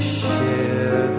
share